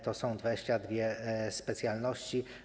To są 22 specjalności.